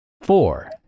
four